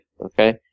Okay